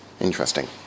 Interesting